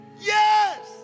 yes